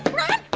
but run,